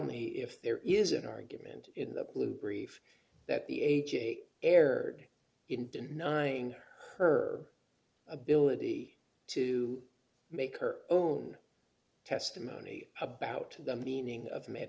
me if there is an argument in the blue brief that the a j erred in denying her ability to make her own testimony about the meaning of made